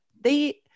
they-